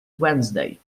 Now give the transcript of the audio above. wednesday